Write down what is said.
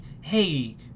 hey